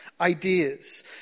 ideas